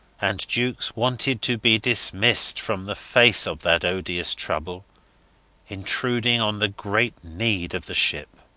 and jukes wanted to be dismissed from the face of that odious trouble intruding on the great need of the ship.